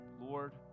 Lord